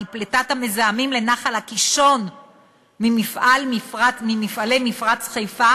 כי פליטת המזהמים לנחל קישון ממפעלי מפרץ חיפה